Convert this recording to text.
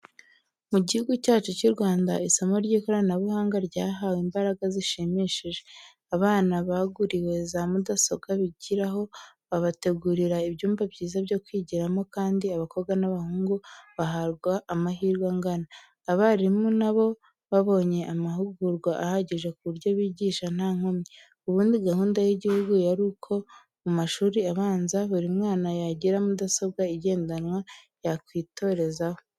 Mu gihugu cyacu cy'u Rwanda, isomo ry'ikoranabuhanga ryahawe imbaraga zishimishije. Abana baguriwe za mudasobwa bigiraho, babategurira ibyumba byiza byo kwigiramo kandi abakobwa n'abahungu bahabwa amahirwe angana. Abarimu na bo babonye amahugurwa ahagije ku buryo bigisha nta nkomyi. Ubundi gahunda y'igihugu yari uko mu mashuri abanza, buri mwana yagira mudasobwa igendanwa yakwitorezaho.